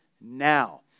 now